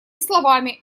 словами